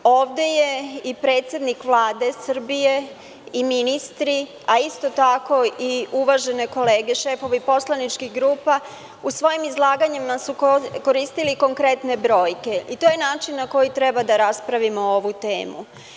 Ovde je i predsednik Vlade Srbije i ministri, a isto tako i uvažene kolege šefovi poslaničkih grupa, u svojim izlaganjima su koristili konkretne brojke i to je način na koji treba da raspravimo ovu temu.